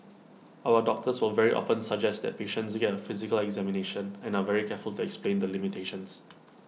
our doctors will very often suggest that patients get A physical examination and are very careful to explain the limitations